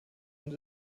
und